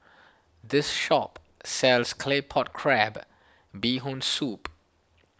this shop sells Claypot Crab Bee Hoon Soup